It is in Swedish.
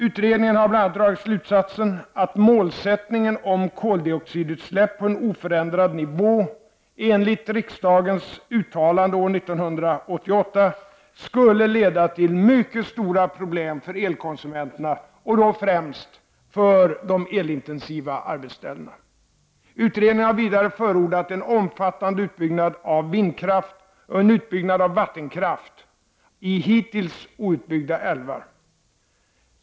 Utredningen har bl.a. dragit slutsatsen att målsättningen att behålla koldioxidutsläppen på en oförändrad nivå enligt riksdagens uttalande år 1988 skulle leda till mycket stora problem för elkonsumenterna, och då främst för de elintensiva arbetsställena. Utredningen har vidare förordat en omfattande utbyggnad av vindkraft och en utbyggnad av vattenkraft i hittills outbyggda älvar.